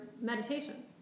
meditation